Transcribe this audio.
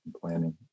Planning